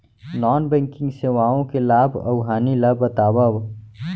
non banking सेवाओं के लाभ अऊ हानि ला बतावव